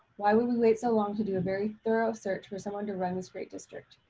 why would we wait so long to do a very thorough search for someone to run this great district?